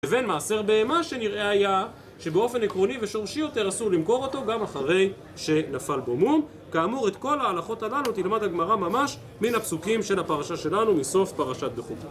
ובין מעשר בהמה שנראה היה שבאופן עקרוני ושורשי יותר אסור למכור אותו גם אחרי שנפל בו מום כאמור את כל ההלכות הללו תלמד הגמרה ממש מן הפסוקים של הפרשה שלנו מסוף פרשת בחוקותי